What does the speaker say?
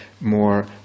more